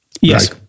yes